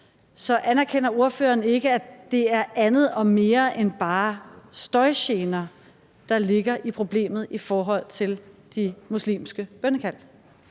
Så anerkender ordføreren ikke, at det er andet og mere end bare støjgener, der ligger i problemet i forhold til de muslimske bønnekald?